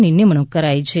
ની નિમણૂંક કરાઇ છે